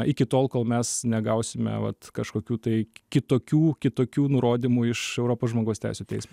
iki tol kol mes negausime vat kažkokių tai kitokių kitokių nurodymų iš europos žmogaus teisių teismo